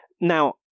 Now